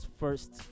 first